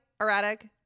erratic